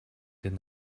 did